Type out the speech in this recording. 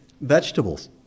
vegetables